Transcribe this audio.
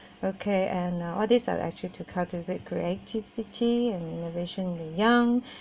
okay and uh all these are actually to cultivate creativity and innovation the young